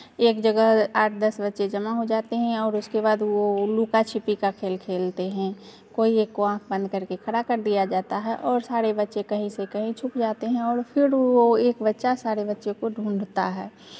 एक जगह आठ दस बच्चे जमा हो जाते हें और उसके बाद वो लुका छिपी का खेल खेलते हें कोई एक को आँख बंद करके खड़ा कर दिया जाता है और सारे बच्चे कहीं से कहीं छुप जाते हैं और फिर वो एक बच्चा सारे बच्चे को ढूँढता है